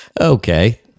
Okay